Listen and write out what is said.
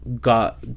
got